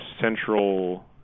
central